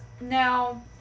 now